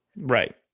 right